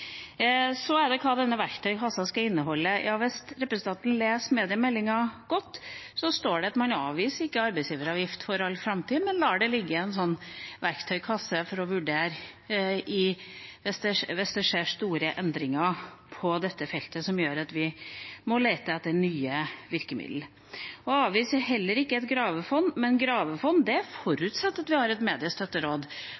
Så til hva denne verktøykassa skal inneholde: Hvis representanten leser mediemeldingen godt, vil hun se at man ikke avviser fritak for arbeidsgiveravgift for all framtid, men at man lar det ligge i en verktøykasse for å vurdere det hvis det skjer store endringer på dette feltet som gjør at vi må lete etter nye virkemidler. Jeg avviser heller ikke et gravefond, men gravefond